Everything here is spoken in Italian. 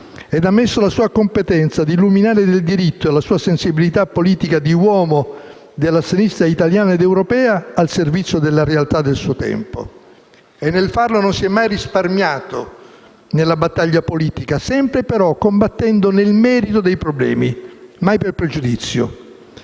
e ha messo la sua competenza di luminare del diritto e la sua sensibilità politica di uomo della sinistra italiana ed europea al servizio della realtà del suo tempo. Nel farlo non si è mai risparmiato nella battaglia politica, sempre però combattendo nel merito dei problemi e mai per pregiudizio.